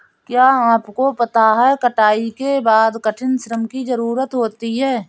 क्या आपको पता है कटाई के बाद कठिन श्रम की ज़रूरत होती है?